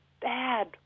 bad